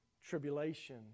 tribulation